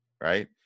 right